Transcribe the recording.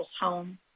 home